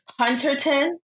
Hunterton